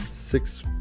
six